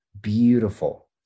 beautiful